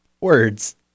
Words